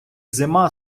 зима